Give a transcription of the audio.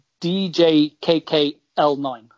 DJKKL9